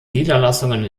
niederlassungen